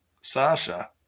Sasha